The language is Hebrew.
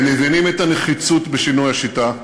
הם מבינים את הנחיצות בשינוי השיטה,